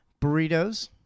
burritos